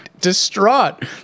distraught